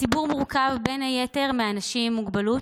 הציבור מורכב בין היתר מאנשים עם מוגבלות